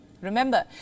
Remember